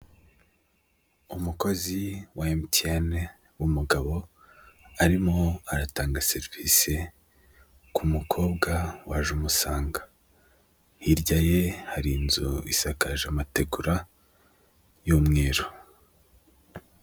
Umukozi wa emutiyene w'umugabo arimo aratanga serivisi ku mukobwa waje umusanga, hirya ye hari inzu isakaje amategura y'umweru.